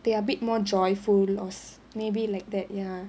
they are a bit more joyful lor maybe like that ya